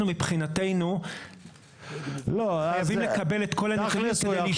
מבחינתנו חייבים לקבל את כל הנתונים כדי להשתכנע.